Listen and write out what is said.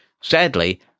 Sadly